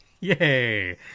Yay